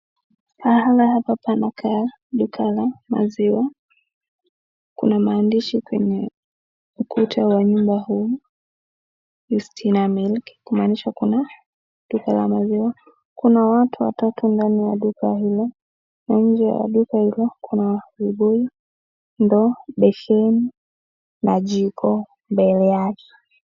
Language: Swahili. Mahali hapa panakaa ni duka la maziwa. Kuna maandishi kwenye ukuta wa nyumba huu, Justina Milk , kumaanisha kuna duka la maziwa. Kuna watu watatu ndani ya duka hilo, na nje ya duka hilo kuna vibuyu ndoo, besheni na jiko mbele yake.